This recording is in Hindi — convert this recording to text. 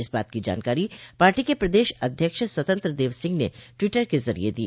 इस बात की जानकारी पार्टी के प्रदेश अध्यक्ष स्वतंत्र देव सिंह ने ट्वीटर क जरिये दी